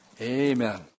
amen